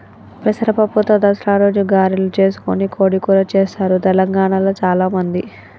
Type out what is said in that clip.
పెసర పప్పుతో దసరా రోజు గారెలు చేసుకొని కోడి కూర చెస్తారు తెలంగాణాల చాల మంది